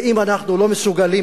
ואם אנחנו לא מסוגלים,